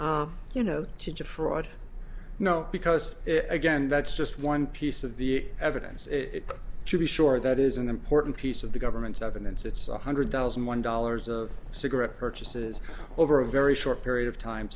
intent you know to defraud no because again that's just one piece of the evidence it to be sure that is an important piece of the government's evidence it's one hundred thousand one dollars of cigarette purchases over a very short period of time